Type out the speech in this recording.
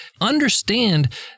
Understand